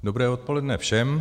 Dobré odpoledne všem.